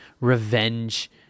revenge